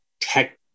tech